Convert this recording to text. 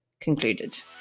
concluded